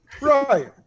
Right